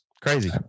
Crazy